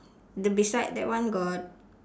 the beside that one got